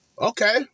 Okay